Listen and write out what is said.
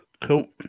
Cool